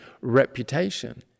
reputation